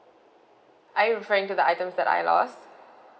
are you referring to the items that I lost